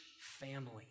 family